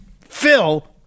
Phil